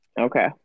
Okay